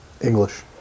English